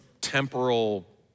temporal